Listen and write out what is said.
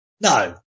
No